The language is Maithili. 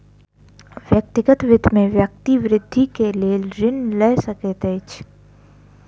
व्यक्तिगत वित्त में व्यक्ति वृद्धि के लेल ऋण लय सकैत अछि